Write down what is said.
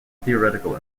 theoretical